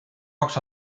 kaks